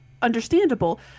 understandable